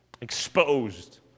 exposed